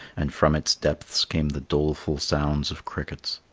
and from its depths came the doleful sounds of crickets.